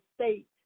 state